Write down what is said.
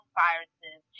viruses